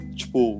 tipo